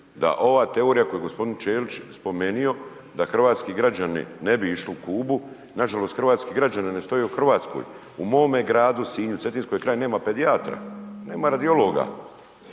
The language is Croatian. Da ova teorija koju je g. Ćelić spomenuo da hrvatski građani ne bi išli u Kubu, nažalost, hrvatski građani ne stoje u RH. U mome gradu Sinju, Cetinskoj krajini, nema pedijatra, nema radiologa,